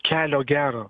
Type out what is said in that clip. kelio gero